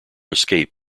escape